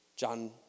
John